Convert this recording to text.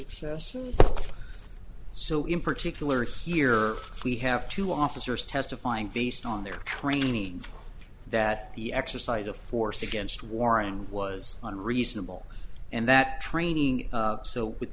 excess so in particular here we have two officers testifying based on their training that the exercise of force against warren was unreasonable and that training so with